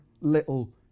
little